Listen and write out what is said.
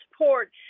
support